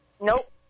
Nope